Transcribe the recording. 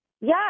Yes